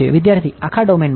વિદ્યાર્થી આખા ડોમેનમાં